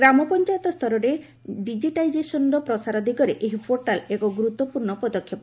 ଗ୍ରାମପଞ୍ଚାୟତ ସ୍ତରରେ ଡିଜିଟାଇଜେସନ୍ର ପ୍ରସାର ଦିଗରେ ଏହି ପୋର୍ଟାଲ୍ ଏକ ଗୁରୁତ୍ୱପୂର୍୍ଣ୍ଣ ପଦକ୍ଷେପ